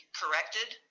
corrected